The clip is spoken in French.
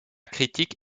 critique